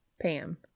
Pam